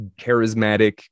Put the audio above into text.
charismatic